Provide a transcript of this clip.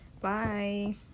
Bye